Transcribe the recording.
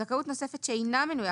(ב) (1) זכאות נוספת שאינה מנויה